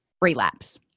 relapse